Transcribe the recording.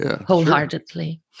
wholeheartedly